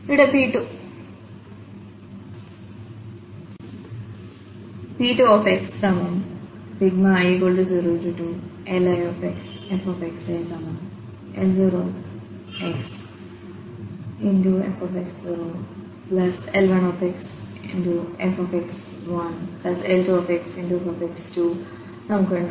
ഇവിടെ P2xi02LixfL0xfx0L1xfx1L2xf നമുക്കുണ്ട്